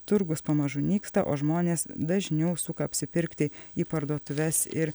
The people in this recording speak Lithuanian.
turgus pamažu nyksta o žmonės dažniau suka apsipirkti į parduotuves ir